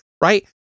right